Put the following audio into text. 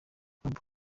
babou